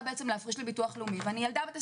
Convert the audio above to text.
להפריש לביטוח לאומי ואני נערה בת 25,